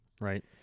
right